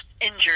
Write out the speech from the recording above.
injured